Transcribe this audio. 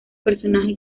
personaje